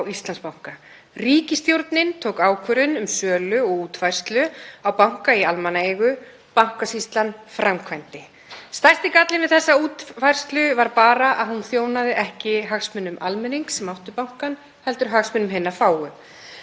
Íslandsbanka. Ríkisstjórnin tók ákvörðun um sölu og útfærslu á banka í almannaeigu, Bankasýslan framkvæmdi. Stærsti gallinn við þessa útfærslu var bara að hún þjónaði ekki hagsmunum almennings sem áttu bankann, heldur hagsmunum hinna fáu.